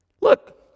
Look